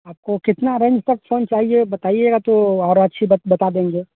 आपको कितने रेन्ज तक फ़ोन चाहिए बताइएगा तो और अच्छी बात बता देंगे